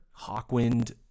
Hawkwind